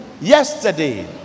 Yesterday